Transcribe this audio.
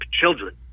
children